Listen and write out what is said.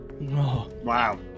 Wow